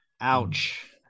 Ouch